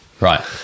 Right